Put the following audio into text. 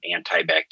antibacterial